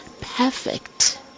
perfect